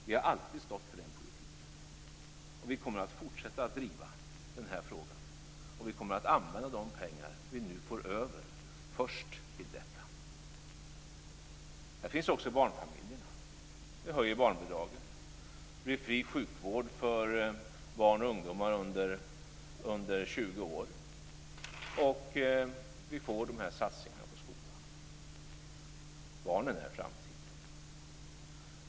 Vi har alltid stått för den politiken, och vi kommer att fortsätta att driva den här frågan. Vi kommer att använda de pengar vi nu får över till detta först. Här finns också barnfamiljerna. Vi höjer barnbidragen. Det blir fri sjukvård för barn och ungdomar under 20 år. Vi får de här satsningarna på skolan. Barnen är framtiden.